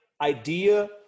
idea